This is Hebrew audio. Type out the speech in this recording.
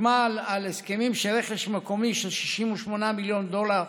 חתמה על הסכמים של רכש מקומי ב-68 מיליון דולר,